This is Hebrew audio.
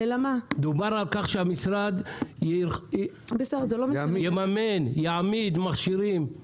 דובר על כך שהמשרד יממן ויעמיד מכשירים.